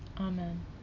Amen